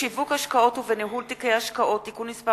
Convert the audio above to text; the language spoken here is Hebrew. בשיווק השקעות ובניהול תיקי השקעות (תיקון מס'